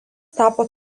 tapo